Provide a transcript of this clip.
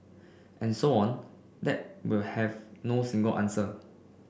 and so on that will have no single answer